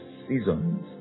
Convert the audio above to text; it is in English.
seasons